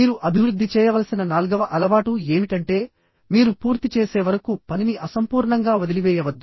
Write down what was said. మీరు అభివృద్ధి చేయవలసిన నాల్గవ అలవాటు ఏమిటంటే మీరు పూర్తి చేసే వరకు పనిని అసంపూర్ణంగా వదిలివేయవద్దు